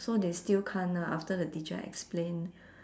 so they still can't ah after the teacher explain